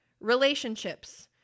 Relationships